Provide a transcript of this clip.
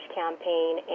campaign